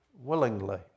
willingly